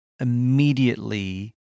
immediately